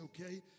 okay